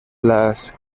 las